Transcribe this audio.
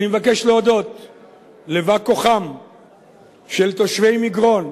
אני מבקש להודות לבא-כוחם של תושבי מגרון,